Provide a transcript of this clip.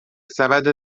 سبد